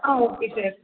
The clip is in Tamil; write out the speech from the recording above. ah okay sir